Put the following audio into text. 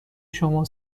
شما